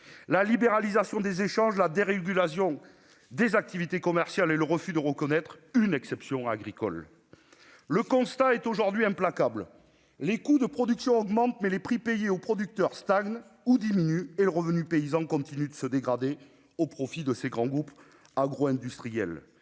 la libéralisation des échanges, la dérégulation des activités commerciales et le refus de reconnaître une exception agricole. Le constat est aujourd'hui implacable : les coûts de production augmentent, mais les prix payés aux producteurs stagnent ou diminuent, et le revenu paysan continue de se dégrader au profit des grands groupes agro-industriels.